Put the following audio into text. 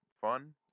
fun